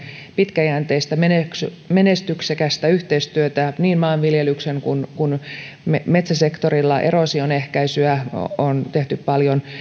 pitkäjänteistä menestyksekästä menestyksekästä yhteistyötä niin maanviljelyksessä kuin metsäsektorilla eroosion ehkäisyä on tehty paljon